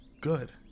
Good